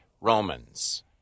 Romans